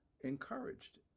encouraged